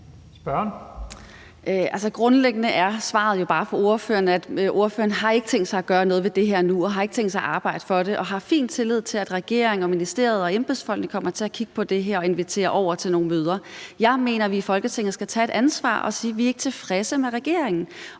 Grundlæggende er svaret fra ordføreren jo bare, at ordføreren ikke har tænkt sig at gøre noget ved det her nu og har ikke tænkt sig at arbejde for det og har fin tillid til, at regeringen og ministeriet og embedsfolkene kommer til at kigge på det her og invitere over til nogle møder. Jeg mener, at vi i Folketinget skal tage et ansvar og sige: Vi er ikke tilfredse med regeringen.